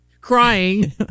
crying